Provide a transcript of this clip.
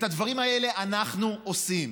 את הדברים האלה אנחנו עושים,